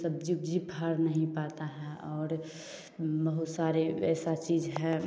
सब्ज़ी उब्ज़ी फल नहीं पाती है और बहुत सारी वैसी चीज़ है